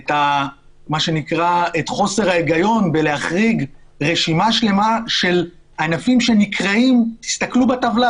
את חוסר ההיגיון בלהחריג רשימה שלמה של ענפים שנקראים תסתכלו בטבלה